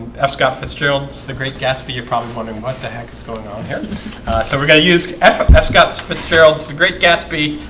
f scott fitzgerald's the great gatsby. you're probably wondering what the heck is going on here so we're gonna use fff and scouts fitzgerald's the great gatsby,